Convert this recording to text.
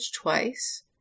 twice